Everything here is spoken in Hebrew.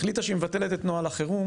החליטה שהיא מבטלת את נוהל החירום